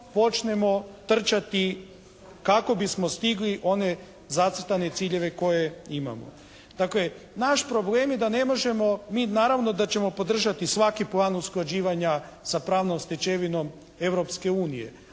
počnemo trčati kako bismo stigli one zacrtane ciljeve koje imamo. Dakle naš problem je da ne možemo, mi naravno da ćemo podržati svaki plan usklađivanja sa pravnom stečevinom Europske unije,